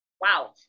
Wow